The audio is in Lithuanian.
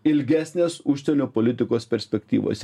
ilgesnės užsienio politikos perspektyvos